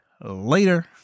later